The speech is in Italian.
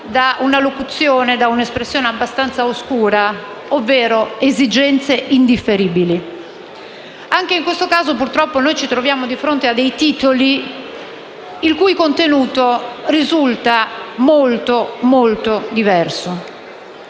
definiti, da una espressione abbastanza oscura, esigenze indifferibili. Anche in questo caso, purtroppo, ci troviamo di fronte a dei titoli il cui contenuto risulta molto diverso.